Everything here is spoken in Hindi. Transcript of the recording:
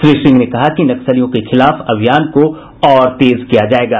श्री सिंह ने कहा कि नक्सलियों के खिलाफ अभियान को और तेज किया जायेगा